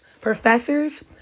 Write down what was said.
professors